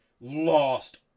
lost